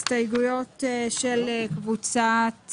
אז הסתייגויות של קבוצת